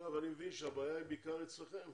עכשיו אני מבין שהבעיה היא בעיקר אצלכם,